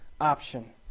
option